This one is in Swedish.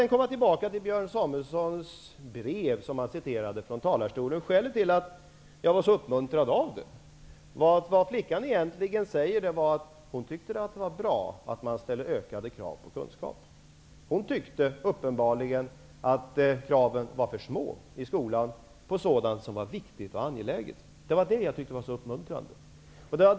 Jag vill gå tillbaka till det brev som Björn Samuelson citerade från talarstolen. Skälet till att jag var så uppmuntrad av det var att vad flickan egentligen säger är att hon tycker att det är bra att man ställer ökade krav på kunskap. Hon tyckte uppenbarligen att kraven i skolan på sådant som är viktigt och angeläget var för små. Det var det som jag tyckte var så uppmuntrande.